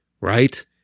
right